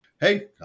hey